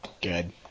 Good